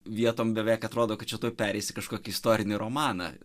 vietom beveik atrodo kad čia tuoj pereisi į kažkokį istorinį romaną